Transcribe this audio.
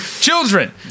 children